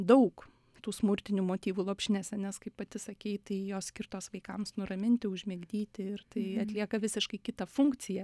daug tų smurtinių motyvų lopšinėse nes kaip pati sakei tai jos skirtos vaikams nuraminti užmigdyti ir tai atlieka visiškai kitą funkciją